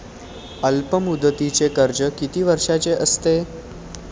अल्पमुदतीचे कर्ज किती वर्षांचे असते?